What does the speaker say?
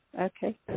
okay